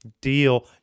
deal